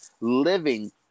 living